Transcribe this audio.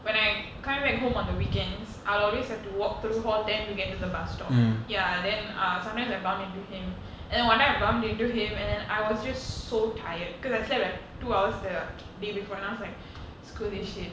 when I coming back home on the weekends I'll always have to walk through hall ten to get to the bus stop ya then uh sometimes I bump into him and then one time I bumped into him and then I was just so tired cause I slept like two hours the day before and I was like screw this shit